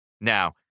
Now